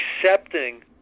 accepting